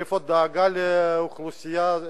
איפה הדאגה לאוכלוסייה?